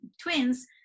twins